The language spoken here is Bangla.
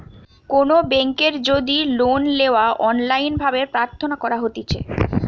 কোনো বেংকের যদি লোন লেওয়া অনলাইন ভাবে প্রার্থনা করা হতিছে